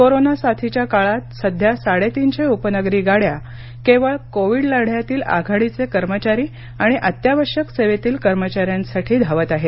corona साथीच्या काळात सध्या साडेतीनशे उपनगरी गाड्या केवळ कोविड लढ्यातील आघाडीचे कर्मचारी आणि अत्यावश्यक सेवेतील कर्मचाऱ्यांसाठी धावत आहेत